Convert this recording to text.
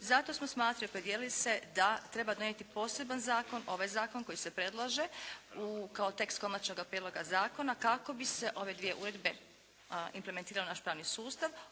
Zato smo smatrali i opredijelili se da treba donijeti poseban zakon, ovaj zakon koji se predlaže kao tekst konačnoga prijedloga zakona kako bi se ove dvije uredbe implementirale u naš pravni sustav